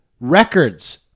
records